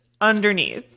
underneath